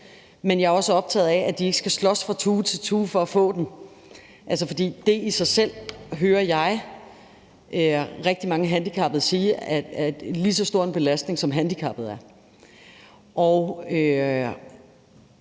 men jeg er også optaget af, at de ikke skal slås fra tue til tue for at få den. For det er i sig selv, hører jeg rigtig mange handicappede sige, en lige så stor belastning, som handicappet er.